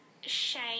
Shane